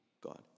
God